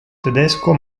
tedesco